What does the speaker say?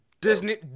Disney